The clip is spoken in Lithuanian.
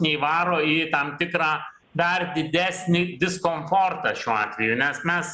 neįvaro į tam tikrą dar didesnį diskomfortą šiuo atveju nes mes